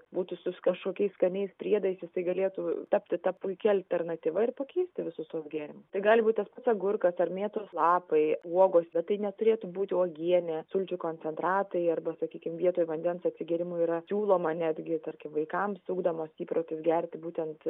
būtų su kažkokiais skaniais priedais jisai galėtų tapti ta puikia alternatyva ir pakeisti visus tuos gėrimus tai gali būt tas pats agurkas ar mėtos lapai uogos bet tai neturėtų būti uogienė sulčių koncentratai arba sakykim vietoj vandens atsigėrimui yra siūloma netgi tarkim vaikams ugdomas įprotis gerti būtent